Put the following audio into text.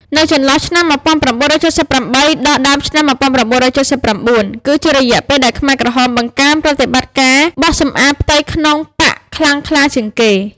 នៅចន្លោះឆ្នាំ១៩៧៨ ដល់ដើមឆ្នាំ១៩៧៩ គឺជារយៈពេលដែលខ្មែរក្រហមបង្កើនប្រតិបត្តិការបោសសំអាតផ្ទៃក្នុងបក្សខ្លាំងក្លាជាងគេ។